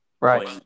Right